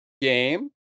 game